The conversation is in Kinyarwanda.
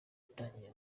utangiye